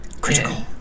critical